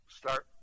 start